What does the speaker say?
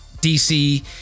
DC